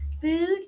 food